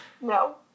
No